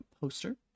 poster